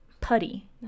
putty